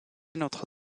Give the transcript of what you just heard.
notre